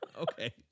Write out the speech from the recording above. Okay